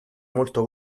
molto